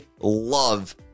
love